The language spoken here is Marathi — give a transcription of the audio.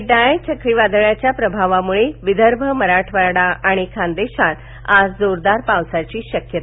डाये चक्रीवादळाच्या प्रभावामुळे विदर्भ मराठवाडा आणि खानदेशात आज जोरदार पावसाची शक्यता